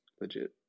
legit